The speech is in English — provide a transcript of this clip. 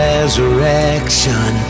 Resurrection